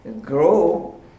grow